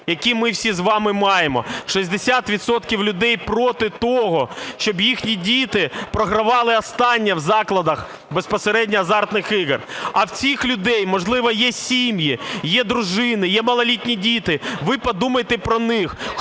які ми всі з вами маємо. 60 відсотків людей проти того, щоб їхні діти програвали останнє в закладах безпосередньо азартних ігор. А в цих людей, можливо, є сім'ї, є дружини, є малолітні діти. Ви подумайте про них.